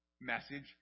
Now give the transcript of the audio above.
message